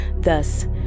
Thus